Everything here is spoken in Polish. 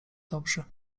dobrzy